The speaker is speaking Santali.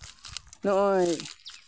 ᱱᱚᱜᱼᱚᱸᱭ